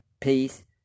peace